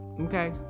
Okay